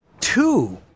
two